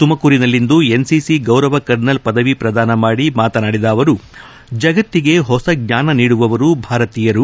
ತುಮಕೂರಿನಲ್ಲಿಂದು NCC ಗೌರವ colonel ಪದವಿ ಪ್ರದಾನ ಮಾಡಿ ಮಾತನಾಡಿದ ಅವರು ಜಗತ್ತಿಗೆ ಹೊಸ ಜ್ವಾನ ನೀಡುವವರು ಭಾರತೀಯರು